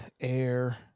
air